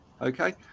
okay